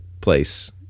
place